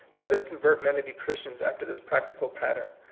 let us convert men to be christians after this practical pattern,